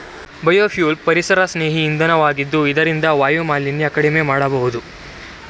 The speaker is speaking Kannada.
ಬಯೋಫಿಲ್ ಪರಿಸರಸ್ನೇಹಿ ಇಂಧನ ವಾಗಿದ್ದು ಇದರಿಂದ ವಾಯುಮಾಲಿನ್ಯ ಕಡಿಮೆ ಮಾಡಬೋದು